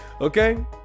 okay